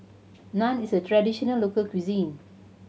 naan is a traditional local cuisine